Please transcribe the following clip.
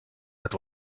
that